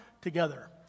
together